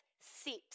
seeps